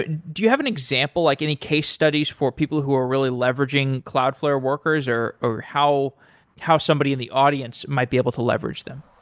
but do you have an example, like any case studies for people who are really leveraging leveraging cloudflare workers or or how how somebody in the audience might be able to leverage them?